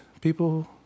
people